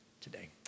today